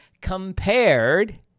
compared